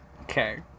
Okay